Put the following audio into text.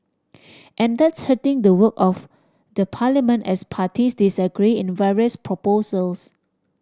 and that's hurting the work of the parliament as parties disagree in various proposals